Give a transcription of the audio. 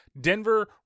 Denver